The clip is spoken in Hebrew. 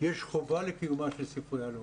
יש חובה לקיומה של ספרייה לאומית.